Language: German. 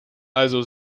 also